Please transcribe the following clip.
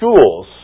schools